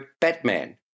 Batman